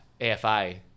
AFI